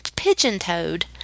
pigeon-toed